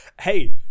Hey